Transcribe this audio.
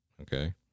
okay